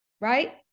right